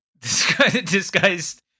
disguised